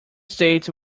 states